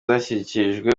zashyikirijwe